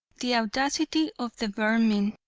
the audacity of the vermin!